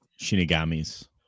Shinigami's